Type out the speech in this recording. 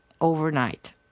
overnight